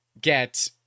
get